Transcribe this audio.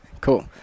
Cool